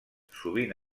sovint